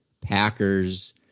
Packers